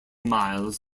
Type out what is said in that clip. miles